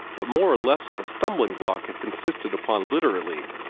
but more or less of a stumbling-block if insisted upon literally.